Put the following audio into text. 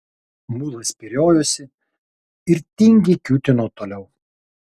mulas spyriojosi ir tingiai kiūtino toliau